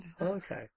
Okay